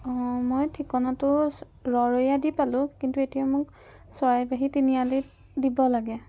অঁ মই ঠিকনাটো ৰৰৈয়া দি পালোঁ কিন্তু এতিয়া মোক চৰাইবাহী তিনিআলিত দিব লাগে